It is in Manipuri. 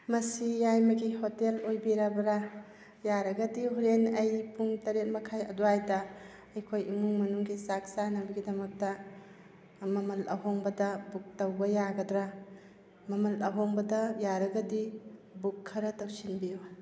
ꯃꯁꯤ ꯌꯥꯏꯃꯒꯤ ꯍꯣꯇꯦꯜ ꯑꯣꯏꯕꯤꯔꯕ꯭ꯔꯥ ꯌꯥꯔꯒꯗꯤ ꯍꯣꯔꯦꯟ ꯑꯩ ꯄꯨꯡ ꯇꯔꯦꯠ ꯃꯈꯥꯏ ꯑꯗ꯭ꯋꯥꯏꯗ ꯑꯩꯈꯣꯏ ꯏꯃꯨꯡ ꯃꯅꯨꯡꯒꯤ ꯆꯥꯛ ꯆꯥꯅꯕꯒꯤꯗꯃꯛꯇ ꯃꯃꯜ ꯑꯍꯣꯡꯕꯗ ꯕꯨꯛ ꯇꯧꯕ ꯌꯥꯒꯗ꯭ꯔꯥ ꯃꯃꯜ ꯑꯍꯣꯡꯕꯗ ꯌꯥꯔꯒꯗꯤ ꯕꯨꯛ ꯈꯔ ꯇꯧꯁꯤꯟꯕꯤꯌꯨ